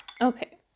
Okay